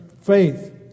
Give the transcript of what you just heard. faith